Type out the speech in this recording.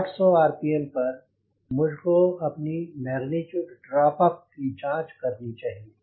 1800 RPM पर मुझको अपनी मैगनीच्यूड ड्रॉप अप की जाँच करनी चाहिए